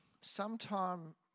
sometime